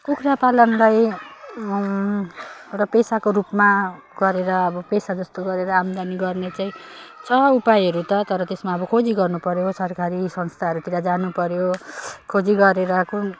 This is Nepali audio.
कुखुरा पालनलाई र पेसाको रूपमा गरेर अब पेसा जस्तो गरेर आमदानी गर्ने चाहिँ छ उपायहरू त तर त्यसमा अब खोजी गर्नुपऱ्यो सरकारी संस्थाहरूतिर जानुपऱ्यो खोजी गरेर